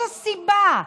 איזו סיבה?